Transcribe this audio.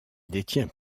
détient